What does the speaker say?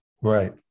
Right